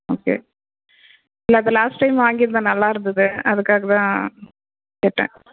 okay இல்லை அது last time வாங்கியிருந்தேன் நல்லாயிருந்துது அதுக்காகதான் கேட்டேன்